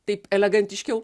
taip elegantiškiau